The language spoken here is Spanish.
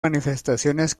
manifestaciones